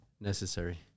necessary